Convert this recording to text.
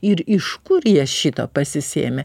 ir iš kur jie šito pasisėmė